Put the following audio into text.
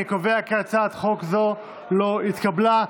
אני קובע כי הצעת חוק זו לא התקבלה.